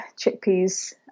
chickpeas